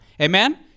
Amen